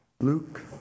Luke